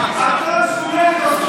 אתה סולל את דרכו,